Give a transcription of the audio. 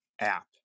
app